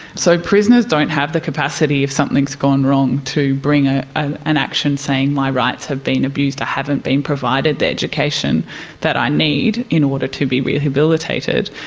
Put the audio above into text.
so prisoners don't have the capacity if something has gone wrong to bring ah an an action saying my rights have been abused, i haven't been provided the education that i need in order to be rehabilitated'.